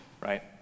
right